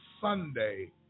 Sunday